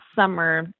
summer